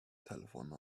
telephone